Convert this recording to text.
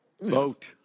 Vote